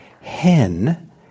hen